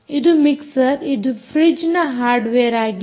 ಇದು ಮಿಕ್ಸರ್ ಮತ್ತು ಫ್ರಿಡ್ಜ್ನ ಹಾರ್ಡ್ವೇರ್ ಆಗಿದೆ